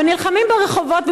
נלחמים ברחובות,